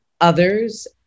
others